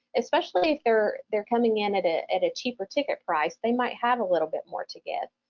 especially if they're they're coming in at ah at a cheaper ticket price they might have a little bit more to give,